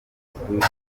amakuru